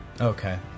Okay